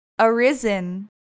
Arisen